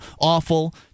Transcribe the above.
awful